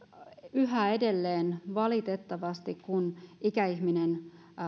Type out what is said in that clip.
yhä edelleen valitettavasti kun ikäihminen